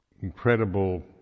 Incredible